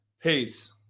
Peace